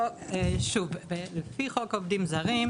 פי חוק עובדים זרים,